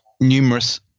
numerous